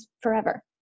forever